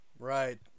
Right